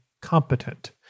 competent